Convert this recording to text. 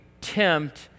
Tempt